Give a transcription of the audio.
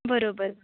बरोबर